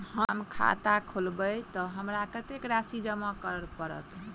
हम खाता खोलेबै तऽ हमरा कत्तेक राशि जमा करऽ पड़त?